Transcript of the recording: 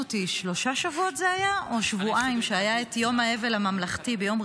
שלושה שבועות, ביום האבל הממלכתי,